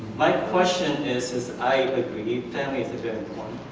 my question is is i agree families are very